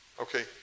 Okay